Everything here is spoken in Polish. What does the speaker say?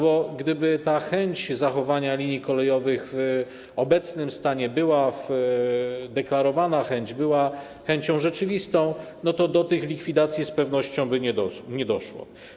Bo gdyby ta chęć zachowania linii kolejowych w obecnym stanie, deklarowana chęć, była chęcią rzeczywistą, to do tych likwidacji z pewnością by nie doszło.